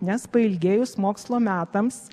nes pailgėjus mokslo metams